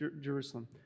Jerusalem